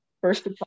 First